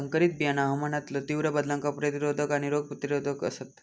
संकरित बियाणा हवामानातलो तीव्र बदलांका प्रतिरोधक आणि रोग प्रतिरोधक आसात